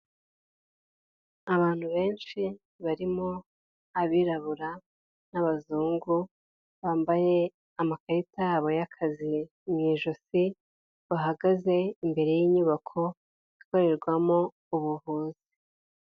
Abantu benshi barimo abirabura n'abazungu, bambaye amakarita yabo y'akazi mu ijosi bahagaze imbere yinyubako ikorerwamo ubuvuzi.